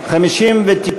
ראש הממשלה,